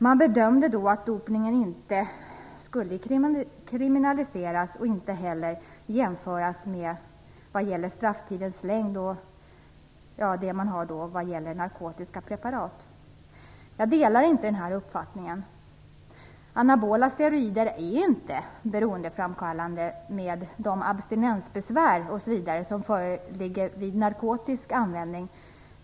Man bedömde då att dopningen inte skulle kriminaliseras och att det inte heller skulle göras jämförelser vad gäller strafftidens längd och narkotiska preparat. Jag delar inte den uppfattningen. Anabola steroider är inte beroendeframkallande med tanke på de abstinensbesvär osv. som föreligger vid narkotisk avvänjning.